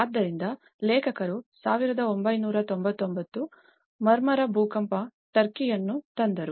ಆದ್ದರಿಂದ ಲೇಖಕರು 1999 ಮರ್ಮರ ಭೂಕಂಪ ಟರ್ಕಿಯನ್ನು ತಂದರು